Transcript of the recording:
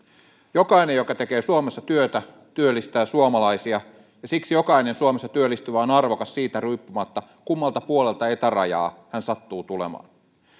jokainen joka tekee suomessa työtä työllistää suomalaisia ja siksi jokainen suomessa työllistyvä on on arvokas siitä riippumatta kummalta puolelta eta rajaa hän sattuu tulemaan